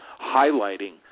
highlighting